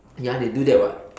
ya they do that [what]